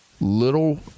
little